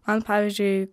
man pavyzdžiui